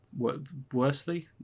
worsely